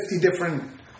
different